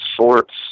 Sorts